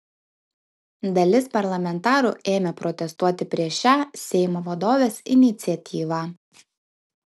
dalis parlamentarų ėmė protestuoti prieš šią seimo vadovės iniciatyvą